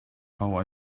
how